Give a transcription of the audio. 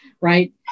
right